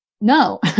No